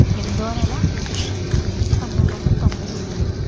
ఎనిమిదవ నెల పంతొందొందల తొంభై ఎనిమిది